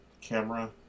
camera